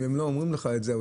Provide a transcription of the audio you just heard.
אם לא אומרים לך את זה,